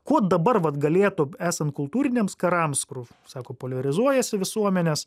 kuo dabar vat galėtų esant kultūriniams karams kur sako poliarizuojasi visuomenės